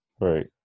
right